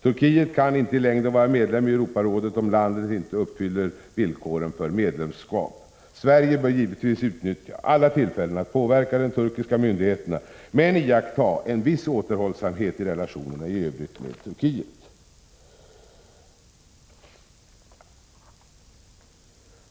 Turkiet kan i längden inte vara medlem i Europarådet, om landet inte uppfyller villkoren för medlemskap. Sverige bör givetvis utnyttja alla tillfällen att påverka de turkiska myndigheterna men iaktta en viss återhållsamhet i relationerna i övrigt med Turkiet.